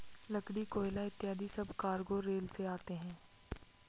लकड़ी, कोयला इत्यादि सब कार्गो रेल से आते हैं